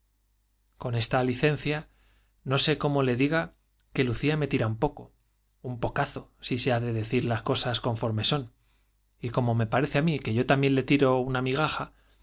con esa licencia no sé cómo le diga que lucía un poco si se han de decir las me tira un pocazo y como me parece á mí que yo cosas conforme son también le tiro una migaja